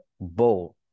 bow